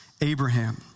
Abraham